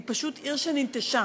היא פשוט עיר שננטשה.